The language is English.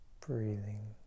Breathing